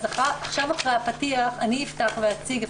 אחרי הפתיח אני אפתח ואציג את